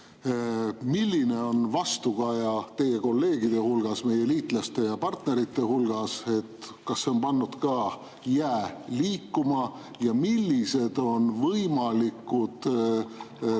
Milline on vastukaja teie kolleegide hulgas, meie liitlaste ja partnerite hulgas, kas see on pannud ka jää liikuma? Millised on võimalikud